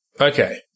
Okay